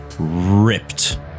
ripped